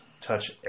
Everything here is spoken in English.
touch